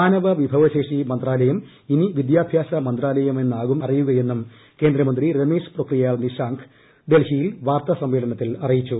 മാനവ വിഭവശേഷി മന്ത്രാലയം ഇനി വിദ്യാഭ്യാസ മന്ത്രാലമെന്നാകും അറിയുകയെന്നും കേന്ദ്രമന്ത്രി രമേശ് പൊക്രിയാൽ ഡൽഹിയിൽ വാർത്താ സമ്മേളനത്തിൽ അറിയിച്ചു